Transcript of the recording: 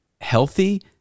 healthy